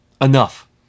Enough